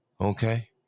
Okay